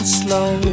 slow